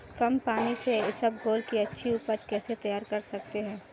कम पानी से इसबगोल की अच्छी ऊपज कैसे तैयार कर सकते हैं?